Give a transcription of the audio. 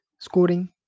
scoring